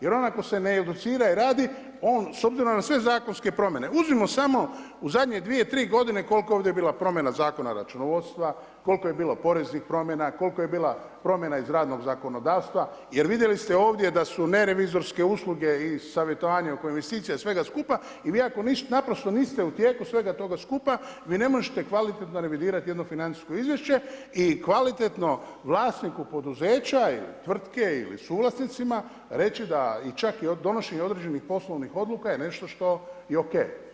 Jer on ako se ne educira i radi, on, s obzirom na sve zakonske promjene, uzmimo samo u zadnje dvije, tri godine koliko je ovdje bilo promjena Zakona računovodstva, koliko je bilo poreznih promjena, koliko je bilo promjena iz radnog zakonodavstva, jer vidjeli ste ovdje da su ne revizorske usluge i savjetovanje oko investicija, svega skupa i vi ako naprosto niste u tijeku svega toga skupa, vi ne možete kvalitetno revidirati jedno financijsko izvješće, i kvalitetno vlasniku poduzeća ili tvrtke, ili suvlasnicima reći da, i čak donošenje određenih poslovnih odluka je nešto što je ok.